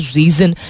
reason